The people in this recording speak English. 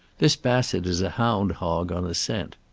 this bassett is a hound-hog on a scent.